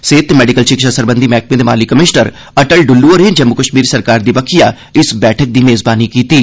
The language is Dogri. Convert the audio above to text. सेहत ते मेडिकल शिक्षा सरबंधी मैहकमे दे माली कमीश्नर अटल डुल्लू होरें जम्मू कश्मीर सरकार दी बक्खियां इस बैठक दी मेज़बानी कीत्ती